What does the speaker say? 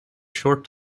short